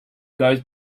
goes